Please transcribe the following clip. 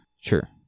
Sure